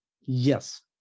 yes